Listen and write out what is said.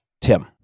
Tim